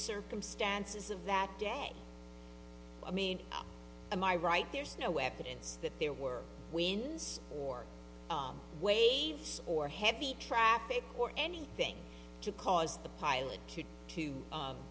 circumstances of that day i mean am i right there's no evidence that there were wins or waves or heavy traffic or anything to cause the pilot to